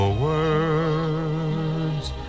words